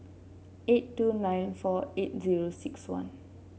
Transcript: eight two nine four eight zero six one